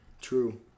True